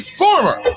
former